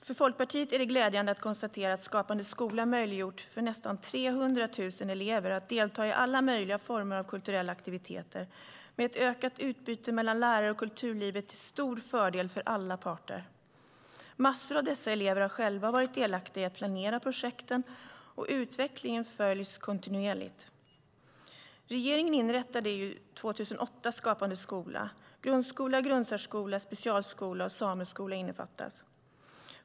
För Folkpartiet är det glädjande att konstatera att Skapande skola har möjliggjort för nästan 300 000 elever att delta i alla möjliga former av kulturella aktiviteter, med ett ökat utbyte mellan lärare och kulturlivet till stor fördel för alla parter. Massor av dessa elever har själva varit delaktiga i att planera projekten. Utvecklingen följs kontinuerligt. Regeringen inrättade år 2008 Skapande skola. Grundskola, grundsärskola, specialskola och sameskola omfattas.